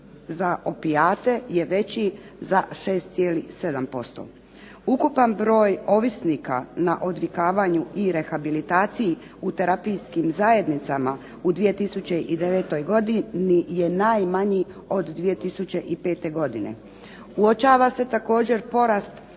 za opijate je veći za 6,7%. Ukupan broj ovisnika na odvikavanju i rehabilitaciji u terapijskim zajednicama u 2009. godini je najmanji od 2005. godine. Uočava se također porast